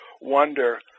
wonder